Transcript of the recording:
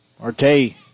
Arte